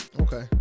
okay